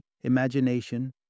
imagination